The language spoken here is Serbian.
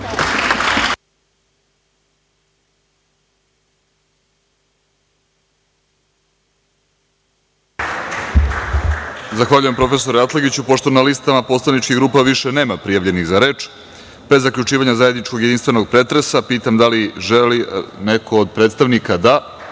Zahvaljujem, profesore Atlagiću. Pošto na listama poslaničkih grupa više nema prijavljenih za reč, pre zaključivanja zajedničkog i jedinstvenog pretresa, pitam da li želi reč neko od predstavnika?